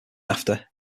after